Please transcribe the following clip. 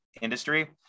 industry